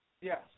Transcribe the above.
Yes